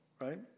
right